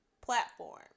platform